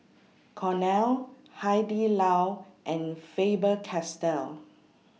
Cornell Hai Di Lao and Faber Castell